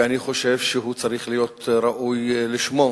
ואני חושב שהוא צריך להיות ראוי לשמו.